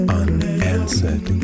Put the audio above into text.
unanswered